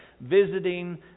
visiting